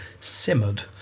simmered